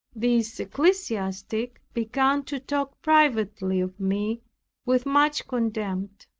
this ecclesiastic began to talk privately of me with much contempt.